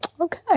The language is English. Okay